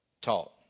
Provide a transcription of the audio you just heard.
taught